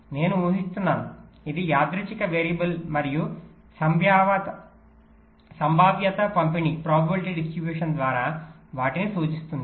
నేను ఊహిస్తున్నాను ఇది యాదృచ్ఛిక వేరియబుల్ మరియు సంభావ్యత పంపిణీ ద్వారా వాటిని సూచిస్తుంది